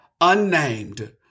unnamed